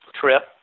trip